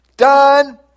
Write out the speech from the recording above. done